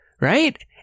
right